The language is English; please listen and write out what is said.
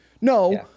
No